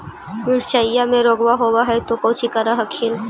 मिर्चया मे रोग्बा होब है तो कौची कर हखिन?